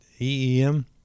EEM